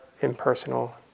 impersonal